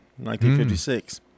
1956